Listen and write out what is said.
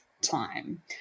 time